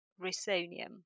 risonium